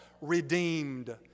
redeemed